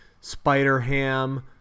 Spider-Ham